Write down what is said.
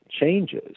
changes